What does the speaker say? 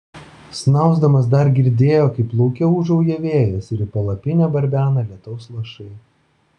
snausdamas dar girdėjo kaip lauke ūžauja vėjas ir į palapinę barbena lietaus lašai